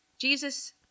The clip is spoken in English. Jesus